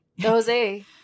Jose